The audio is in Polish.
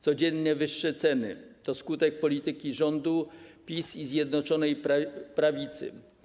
Codziennie wyższe ceny to skutek polityki rządu PiS i Zjednoczonej Prawicy.